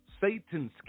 Satan's